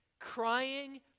Crying